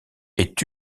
est